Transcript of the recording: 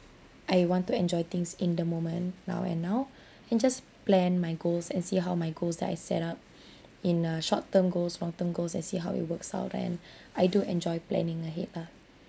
I want to enjoy things in the moment now and now and just plan my goals and see how my goals that I set up in err short-term goals long-term goals and see how it works out and I do enjoy planning ahead lah